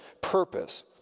purpose